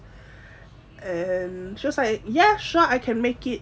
and she was like yes sure I can make it